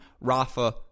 Rafa